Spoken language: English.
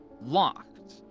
locked